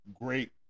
great